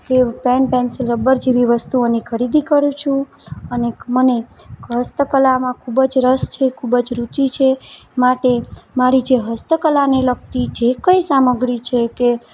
કે pen pencil rubber જેવી વસ્તુઓની ખરીદી કરું છું અને મને હસ્તકલામાં ખૂબ જ રસ છે ખૂબ જ રુચિ છે માટે મારી જે હસ્તકલાને લગતી જે કંઈ સામગ્રી છે તે